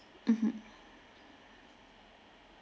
mmhmm